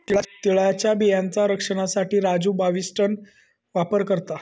तिळाच्या बियांचा रक्षनासाठी राजू बाविस्टीन वापर करता